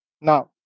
Now